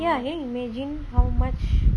ya can you imagine how much